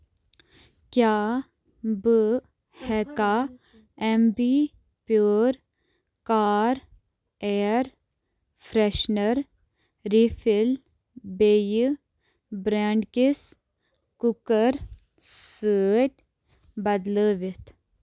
کیٛاہ بہٕ ہیٚکا Ambi Pur car air freshener refill بیٚیہِ بریٚنڑ کِس کُکر سۭتۍ بدلٲوِتھ